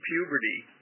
puberty